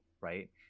right